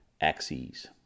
axes